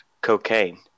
Cocaine